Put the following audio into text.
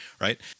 right